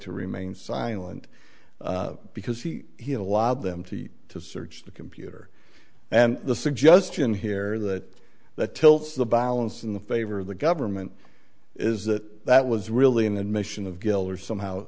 to remain silent because he allowed them to eat to search the computer and the suggestion here that that tilts the balance in the favor of the government is that that was really an admission of